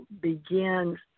begin